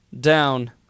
down